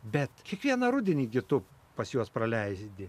bet kiekvieną rudenį kitu pas juos praleisti